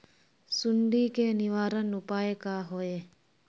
सुंडी के निवारण उपाय का होए?